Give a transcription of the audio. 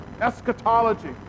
eschatology